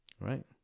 right